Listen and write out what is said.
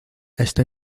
esta